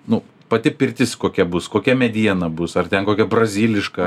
nu pati pirtis kokia bus kokia mediena bus ar ten kokia braziliška